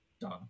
done